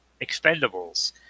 Expendables